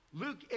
luke